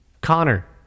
Connor